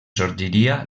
sorgiria